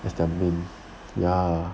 as their main